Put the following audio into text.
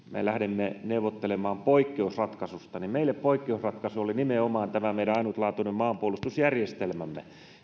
lähdimme neuvottelemaan poikkeusratkaisusta niin meille poikkeusratkaisu oli nimenomaan tämä meidän ainutlaatuinen maanpuolustusjärjestelmämme